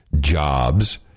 jobs